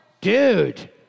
Dude